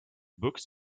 books